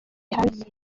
hanze